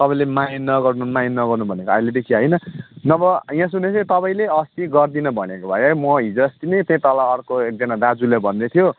तपाईँले माइन्ड नगर्नु माइन्ड नगर्नु भन्नु भनेको अहिलेदेखि होइन नभए यहाँ सुन्नुहोस् है तपाईँले अस्ति गर्दिनँ भनेको भए म हिजोअस्ति नै त्यो तल अर्को एकजना दाजुले भन्दैथियो